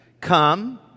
come